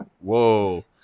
whoa